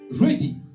ready